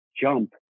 jump